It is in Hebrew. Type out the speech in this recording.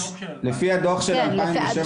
לפי הדוח של 2007, שזה מה שיש לנו.